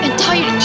Entire